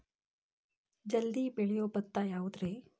ಜಲ್ದಿ ಬೆಳಿಯೊ ಭತ್ತ ಯಾವುದ್ರೇ?